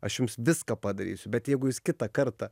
aš jums viską padarysiu bet jeigu jūs kitą kartą